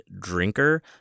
drinker